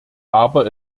aber